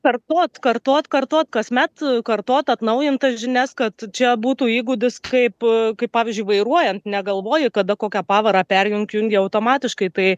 kartot kartot kartot kasmet kartot atnaujint tas žinias kad čia būtų įgūdis kaip kaip pavyzdžiui vairuojant negalvoji kada kokią pavarą perjungt įjungia automatiškai tai